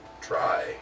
try